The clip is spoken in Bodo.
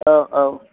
औ औ